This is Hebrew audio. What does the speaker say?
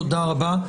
תודה רבה.